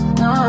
no